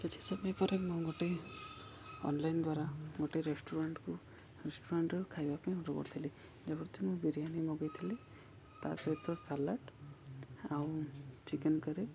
କିଛି ସମୟ ପରେ ମୁଁ ଗୋଟେ ଅନଲାଇନ୍ ଦ୍ୱାରା ଗୋଟେ ରେଷ୍ଟୁରାଣ୍ଟ୍କୁ ରେଷ୍ଟୁରାଣ୍ଟ୍ରୁ ଖାଇବା ପାଇଁ ଅର୍ଡ଼ର୍ କରିଥିଲି ଯେ ପ୍ରଥମେ ମୁଁ ବିରିୟାନି ମଗେଇଥିଲି ତା ସହିତ ସାଲାଟ୍ ଆଉ ଚିକେନ୍ କରୀ